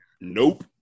nope